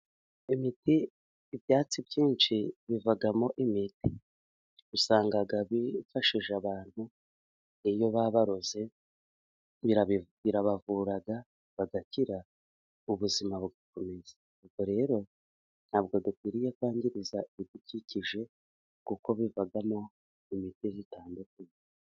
Imiti, ibyatsi byinshi bivamo imiti. Usanga bifashije abantu, iyo babaroze birabavura bagakira ubuzima bugakomeza. Rero ntabwo dukwiriye kwangiza ibidukikije kuko bivamo imiti itandukanye.